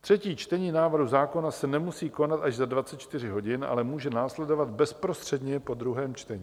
Třetí čtení návrhu zákona se nemusí konat až za 24 hodin, ale může následovat bezprostředně po druhém čtení.